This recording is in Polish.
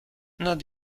nad